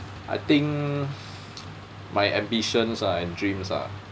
I think my ambitions uh and dreams uh